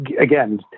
again